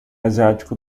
asiático